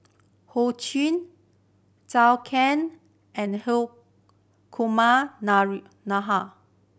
Ho Ching Zhou Can and Hri Kumar